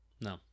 No